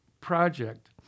project